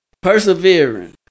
persevering